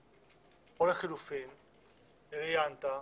הנכון, או לחלופין, ראיינת,